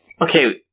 Okay